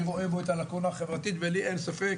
רואה בו את הלקונה החברתית ולי אין ספק